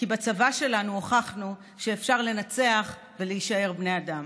כי בצבא שלנו הוכחנו שאפשר לנצח ולהישאר בני אדם.